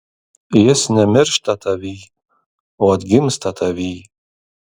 jis nemiršta tavyj o atgimsta tavyj